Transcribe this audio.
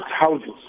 houses